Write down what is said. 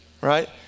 right